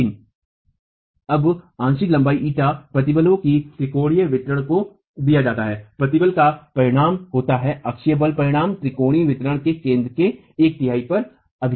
लेकिन अब आंशिक लंबाई η प्रतिबलों की त्रिकोणीय वितरण को दिया जाता है प्रतिबल का परिणाम होता है अक्षीय बल परिणामी त्रिकोणीय वितरण के केंद्र में एक तिहाई पर अधिवेशन है